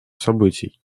событий